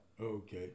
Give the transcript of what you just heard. Okay